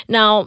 Now